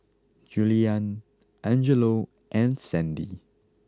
Juliann Angelo and Sandy